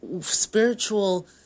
spiritual